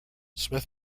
smith